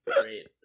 great